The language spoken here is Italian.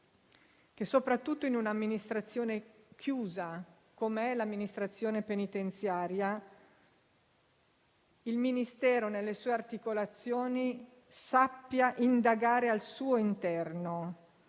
che, soprattutto in un'amministrazione chiusa come l'amministrazione penitenziaria, il Ministero nelle sue articolazioni sappia indagare al suo interno.